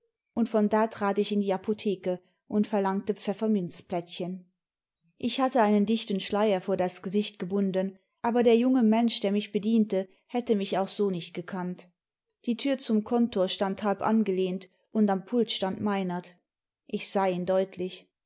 tmd von da trat ich in die apotheke und verlangte pfefferminzplättchen ich hatte einen dichten schleier vor das gesicht gebunden aber der junge mensch der mich bediente hätte mich auch so nicht gekannt die tür zum kontor stand halb angelehnt und am pult stand meinert ich sah ihn deutlich